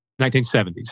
1970s